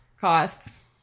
costs